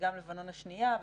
וגם לבנון השניה.